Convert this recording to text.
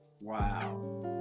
Wow